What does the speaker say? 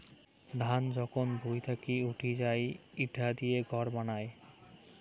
ধান যখন ভুঁই থাকি উঠি যাই ইটা দিয়ে খড় বানায়